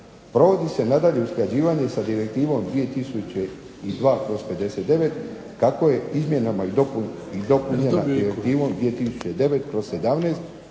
Provodi se nadalje usklađivanje sa Direktivom 2002/59 kako je izmijenjena i dopunjena Direktiva 2009/17